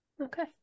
Okay